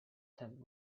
tent